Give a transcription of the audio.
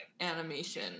animation